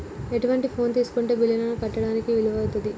ఎటువంటి ఫోన్ తీసుకుంటే బిల్లులను కట్టడానికి వీలవుతది?